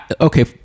okay